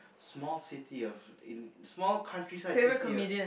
small city of in small country side city of